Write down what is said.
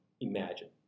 Imagine